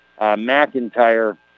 McIntyre